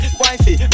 wifey